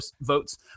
votes